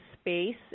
space